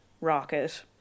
rocket